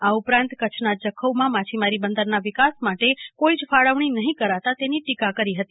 આ ઉપરાંત કચ્છના જખૌમાં માછીમારી બંદરના વિકાસ માટે કોઈ જ ફાળવણી નહીં કરાતા તેની ટીકા કરી હતી